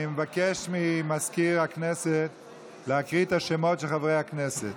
אני מבקש ממזכיר הכנסת להקריא את השמות של חברי הכנסת.